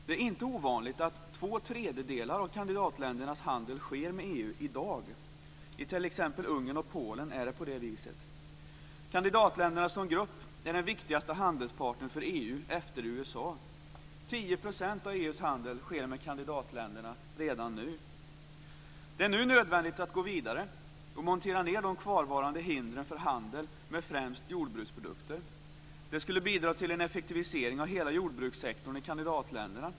Det är inte ovanligt att två tredjedelar av kandidatländernas handel i dag sker med EU. I t.ex. Ungern och Polen är det på det viset. Kandidatländerna som grupp är den viktigaste handelspartnern för EU efter USA. 10 % av EU:s handel sker med kandidatländerna redan nu. Det är nu nödvändigt att gå vidare och montera ned de kvarvarande hindren för handel med främst jordbruksprodukter. Det skulle bidra till en effektivisering av hela jordbrukssektorn i kandidatländerna.